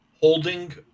holding